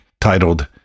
titled